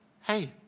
hey